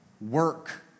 work